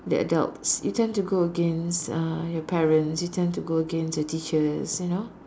the adults you tend to go against uh your parents you tend to go against your teachers you know